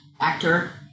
actor